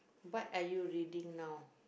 what are you reading now